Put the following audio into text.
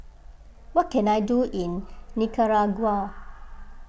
what can I do in Nicaragua